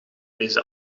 deze